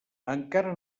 encara